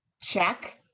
check